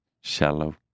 shallow